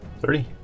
Thirty